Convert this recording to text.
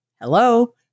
Hello